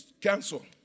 cancel